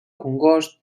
congost